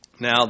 Now